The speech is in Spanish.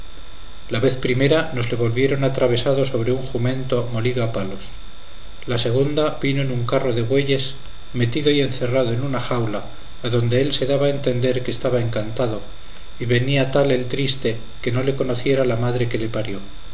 la vez primera nos le volvieron atravesado sobre un jumento molido a palos la segunda vino en un carro de bueyes metido y encerrado en una jaula adonde él se daba a entender que estaba encantado y venía tal el triste que no le conociera la madre que le parió